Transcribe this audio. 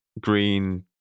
green